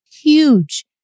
huge